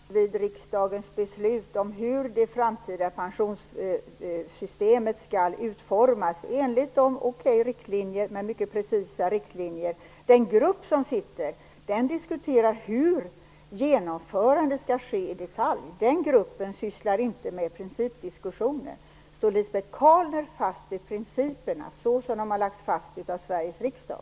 Fru talman! Står Lisbet Calner fast vid riksdagens beslut om hur det framtida pensionssystemet skall utformas enligt riktlinjerna? I och för sig är det bara fråga om riktlinjer, men väldigt precisa sådana. Arbetsgruppen diskuterar hur genomförandet skall ske i detalj, och den sysslar inte med principdiskussioner. Står Lisbet Calner fast vid principerna såsom de har lagts fast av Sveriges riksdag?